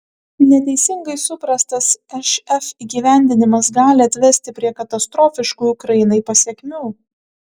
neteisingai suprastas šf įgyvendinimas gali atvesti prie katastrofiškų ukrainai pasekmių